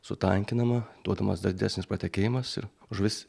sutankinama duodamas dar didesnis pratekėjimas ir žuvis